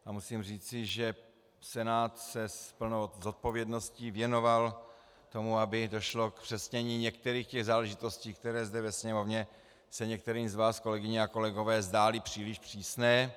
A musím říci, že Senát se s plnou zodpovědností věnoval tomu, aby došlo ke zpřesnění některých záležitostí, které zde ve Sněmovně se některým z vás, kolegyně a kolegové, zdály příliš přísné.